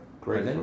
great